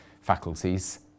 faculties